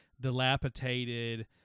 dilapidated